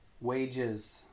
wages